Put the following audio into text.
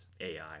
ai